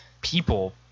people